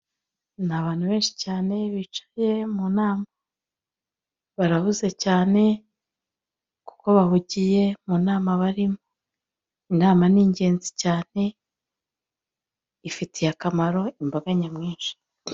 Ni abantu benshi cyane bicaye mu inama barahuze cyane kuko bahugiye mu nama barimo. Inama ni ingenzi cyane, ifitiye akamaro imbaga nyamwinshi.